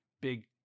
big